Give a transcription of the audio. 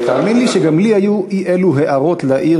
תאמין לי שגם לי היו אי-אלו הערות להעיר